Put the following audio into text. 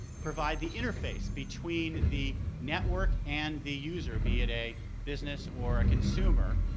provide the interface between the network and the user, be it a business or a consumer.